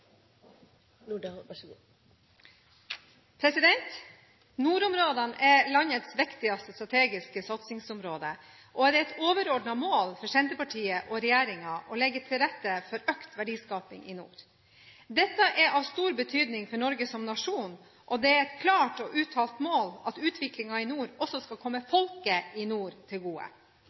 å legge til rette for økt verdiskaping i nord. Dette er av stor betydning for Norge som nasjon, og det er et klart og uttalt mål at utviklingen i nord også skal komme folket i nord til gode.